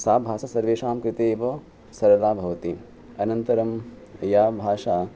सा भाषा सर्वेषां कृते एव सरला भवति अनन्तरं या भाषा